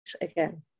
again